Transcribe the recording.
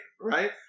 Right